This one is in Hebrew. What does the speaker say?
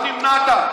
אתה נמנעת.